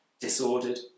disordered